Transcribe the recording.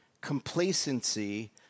complacency